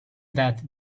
that